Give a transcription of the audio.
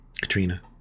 Katrina